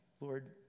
Lord